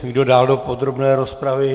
Kdo dál do podrobné rozpravy?